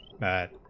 that,